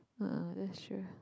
uh that's true